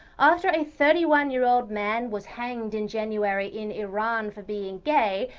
after a thirty one year old man was hanged in january in iran for being gay,